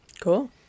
cool